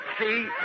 See